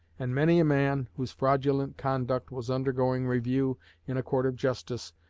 and many a man, whose fraudulent conduct was undergoing review in a court of justice,